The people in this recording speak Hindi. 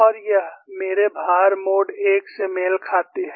और यह मेरे भार मोड I से मेल खाती है